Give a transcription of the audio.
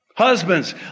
Husbands